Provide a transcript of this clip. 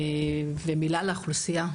מילה על האוכלוסיה הזו,